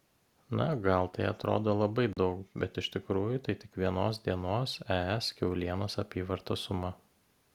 na gal tai atrodo labai daug bet iš tikrųjų tai tik vienos dienos es kiaulienos apyvartos suma